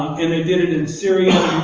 and they did it in syria.